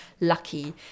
lucky